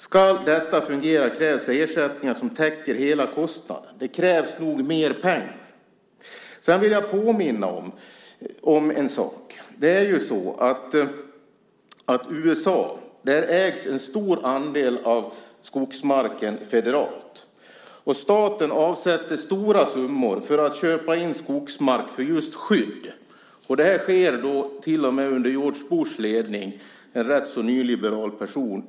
Om det ska fungera krävs det ersättningar som täcker hela kostnaden. Det krävs nog mer pengar. Jag vill påminna om en sak. I USA ägs en stor del av skogsmarken federalt. Staten avsätter stora summor för att köpa in skogsmark för just skydd. Det sker till och med under George Bushs ledning - en rätt så nyliberal person.